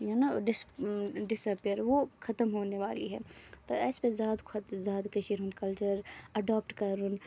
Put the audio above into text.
یہِ نہ dis disappear وہ ختم ہونے والی ہے تہٕ اسہِ پَزِ زیادٕ کھۄتہٕ زیادٕ کٔشیٖر ہُند کَلچر ایڈوپٹ کَرُن